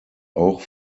auch